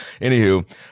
Anywho